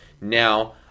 Now